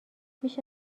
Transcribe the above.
میشه